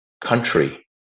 country